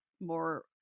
more